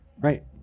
Right